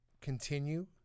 continue